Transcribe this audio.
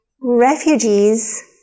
refugees